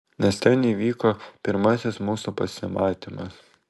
nes ten įvyko pirmasis mūsų pasimatymas